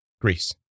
Greece